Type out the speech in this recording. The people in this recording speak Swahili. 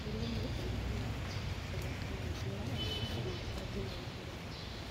Hili ni eneo la kupeleka maziwa au kuhifadhi maziwa,